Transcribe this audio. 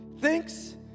thinks